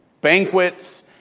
Banquets